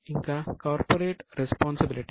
ఇంకా corporate responsibility